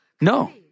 No